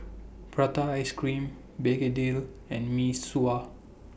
Prata Ice Cream Begedil and Mee Sua